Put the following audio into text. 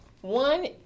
one